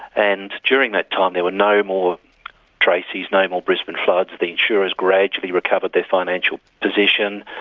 and during that time there were no more tracy's no more brisbane floods, the insurers gradually recovered their financial position,